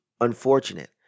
unfortunate